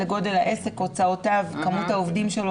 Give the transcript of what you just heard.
כיום,